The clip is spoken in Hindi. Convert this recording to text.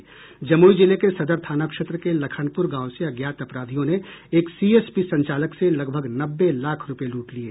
जमुई जिले के सदर थाना क्षेत्र के लखनपुर गांव से अज्ञात अपराधियों ने एक सीएसपी संचालक से लगभग नब्बे लाख रुपए लूट लिये